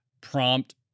prompt